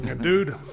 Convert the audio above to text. Dude